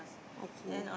okay